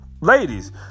Ladies